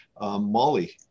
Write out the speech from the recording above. molly